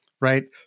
right